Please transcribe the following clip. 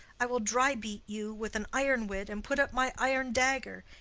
i will dry-beat you with an iron wit, and put up my iron dagger.